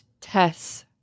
Tess